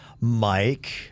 Mike